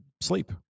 sleep